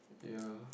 ya